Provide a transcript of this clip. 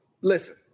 Listen